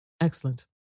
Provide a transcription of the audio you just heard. Excellent